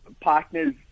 partners